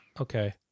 okay